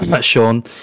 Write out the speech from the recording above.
Sean